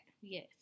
Yes